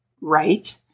right